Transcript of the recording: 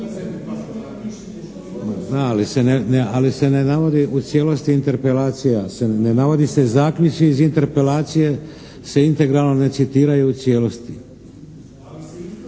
ali se ne navodi u cijelosti Interpelacija. Ne navode se zaključci iz Interpelacije se integralno ne citiraju u cijelosti. … /Upadica